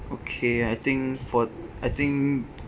okay I think for I think